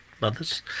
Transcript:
mothers